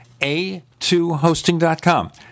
a2hosting.com